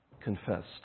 confessed